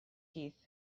teeth